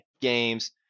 games